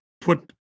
put